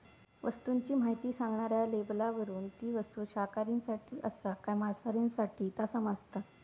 वस्तूची म्हायती सांगणाऱ्या लेबलावरून ती वस्तू शाकाहारींसाठी आसा काय मांसाहारींसाठी ता समाजता